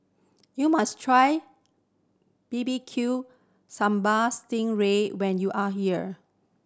you must try bbq sambal sting ray when you are here